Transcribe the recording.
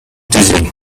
dizzy